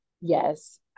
Yes